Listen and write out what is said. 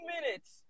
minutes